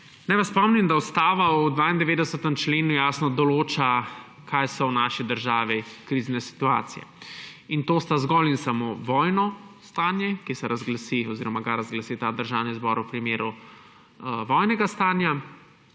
Naj vas spomnim, da Ustava v 92. členu jasno določa, kaj so v naši državi krizne situacije. To sta zgolj in samo vojno stanje, ki se razglasi oziroma ga razglasi ta državni zbor v primeru vojnega stanja,